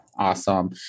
awesome